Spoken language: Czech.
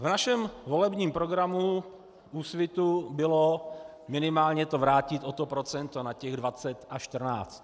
V našem volebním programu Úsvitu bylo minimálně to vrátit o to procento na 20 a 14.